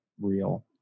real